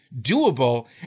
doable